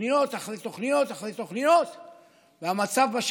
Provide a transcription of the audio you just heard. תוכניות אחרי תוכניות אחרי תוכניות,